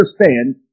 understand